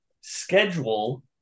schedule